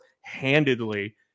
handedly